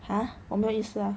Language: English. ha 我没有意思 ah